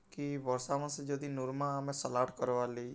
କି ବର୍ଷା ମାସେ ଯଦି ନୂର୍ମା ଆମେ ସାଲାଡ଼୍ କର୍ବାର୍ ଲାଗି